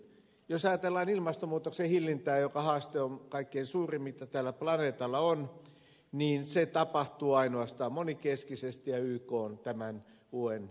jos ajatellaan ilmastonmuutoksen hillintää joka on kaikkein suurin haaste mitä tällä planeetalla on niin se tapahtuu ainoastaan monenkeskisestiöykkoon tämän puolen